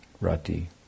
Rati